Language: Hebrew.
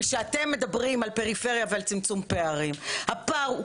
וכשאתם מדברים על פריפריה ועל צמצום פערים הפער הוא